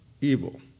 evil